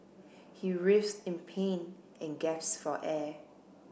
he writhed in pain and gasped for air